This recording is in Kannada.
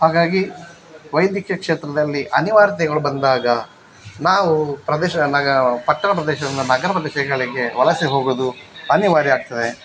ಹಾಗಾಗಿ ವೈದ್ಯಕೀಯ ಕ್ಷೇತ್ರದಲ್ಲಿ ಅನಿವಾರ್ಯತೆಗಳು ಬಂದಾಗ ನಾವು ಪ್ರದೇಶ ನಗ ಪಕ್ಕದ ಪ್ರದೇಶದಿಂದ ನಗರ ಪ್ರದೇಶಗಳಿಗೆ ವಲಸೆ ಹೋಗುವುದು ಅನಿವಾರ್ಯ ಆಗ್ತದೆ